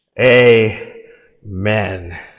Amen